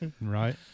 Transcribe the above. Right